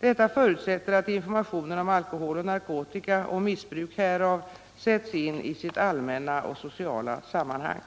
Detta förutsätter att informationen om alkohol och narkotika och missbruk härav sätts in i sitt allmänna och sociala sammanhang.